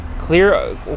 Clear